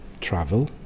travel